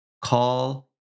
Call